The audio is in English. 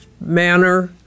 manner